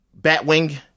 Batwing